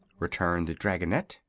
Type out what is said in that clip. returned the dragonette,